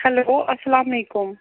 hello اسلام علیکُم